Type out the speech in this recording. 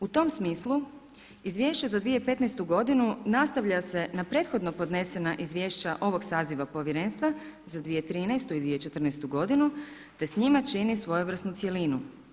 U tom smislu izvješće za 2015. godinu nastavlja se na prethodno podnesena izvješća ovog saziva povjerenstva za 2013. i 2014. godinu, te s njima čini svojevrsnu cjelinu.